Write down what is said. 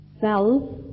self